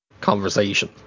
conversation